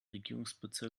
regierungssitz